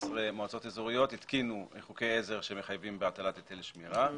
מועצות אזוריות - התקינו חוקי עזר שמחייבים הטלת היטל שמירה.